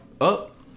up